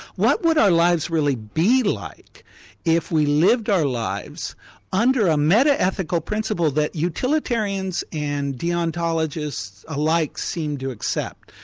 what would our lives really be like if we lived our lives under a meta-ethical principle that utilitarians and deontologists alike seem to accept,